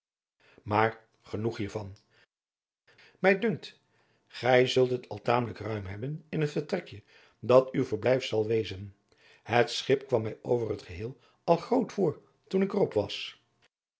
maar genoeg hier van mij dunkt gij het zult al tamelijk ruim hebben in het vertrekje dat uw verblijf zal wezen het schip kwam mij over het geheel al groot voor toen ik er op was